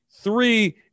Three